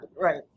Right